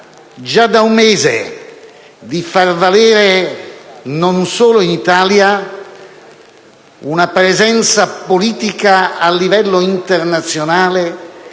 già da un mese, di far valere, non solo in Italia, una presenza politica a livello internazionale